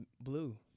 blue